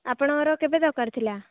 ଆପଣଙ୍କର କେବେ ଦରକାର ଥିଲା